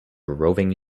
roving